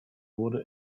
wurde